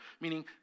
meaning